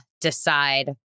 decide